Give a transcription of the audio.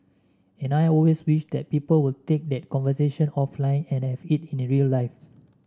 and I always wish that people would take that conversation offline and have it in real life